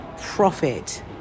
profit